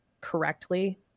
correctly